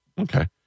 okay